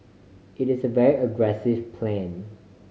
it is a very aggressive plan